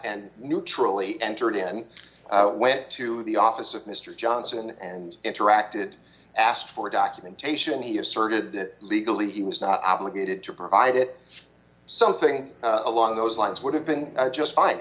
and neutrally entered and went to the office of mister johnson and interacted asked for documentation he asserted that legally he was not obligated to provide it something along those lines would have been just fine